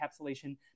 encapsulation